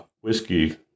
Whiskey